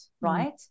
right